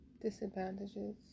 disadvantages